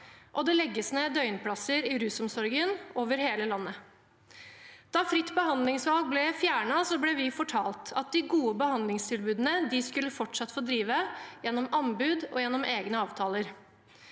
og det legges ned døgnplasser i rusomsorgen over hele landet. Da fritt behandlingsvalg ble fjernet, ble vi fortalt at de gode behandlingstilbudene fortsatt skulle få drive gjennom anbud og gjennom egne avtaler,